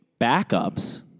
backups